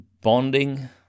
bonding